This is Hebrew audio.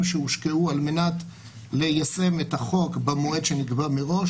שהושקעו על מנת ליישם את החוק במועד שנקבע מראש,